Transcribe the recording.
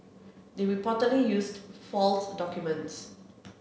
they reportedly used false documents